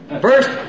first